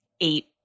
eight